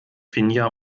finja